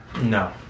No